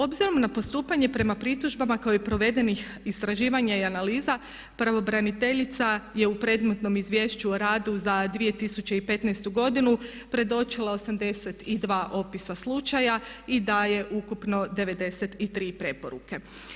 Obzirom na postupanje prema pritužbama koje provedenih istraživanja i analiza pravobraniteljica je u predmetnom izvješću o radu za 2015.predločila 82 opisa slučaja i daje ukupno 93 preporuke.